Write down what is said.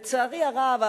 לצערי הרב,